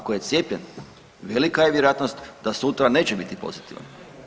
Ako je cijepljen, velika je vjerojatnost da sutra neće biti pozitivan.